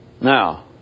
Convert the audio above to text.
Now